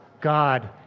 God